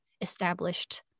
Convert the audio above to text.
established